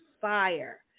fire